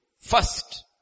First